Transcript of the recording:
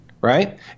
right